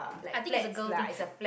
i think it's a girl thing